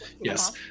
yes